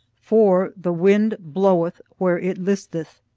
for the wind bloweth where it listeth.